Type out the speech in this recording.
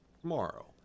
tomorrow